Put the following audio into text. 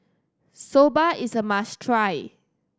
soba is a must try